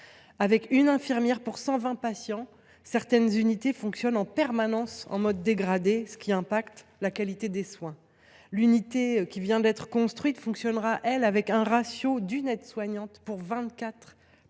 Avec une infirmière pour 120 patients, certaines unités fonctionnent en permanence en mode dégradé, ce qui affecte la qualité des soins. L’unité qui vient d’être construite fonctionnera, elle, avec un ratio d’une aide soignante pour 24 patients.